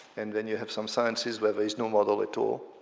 and then you have some sciences where there is no model at all.